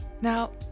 Now